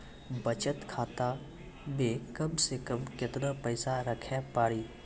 बचत खाता मे कम से कम केतना पैसा रखे पड़ी?